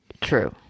True